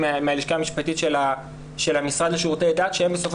היא מהלשכה המשפטית של המשרד לשירותי דת שהם בסופו